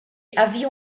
havia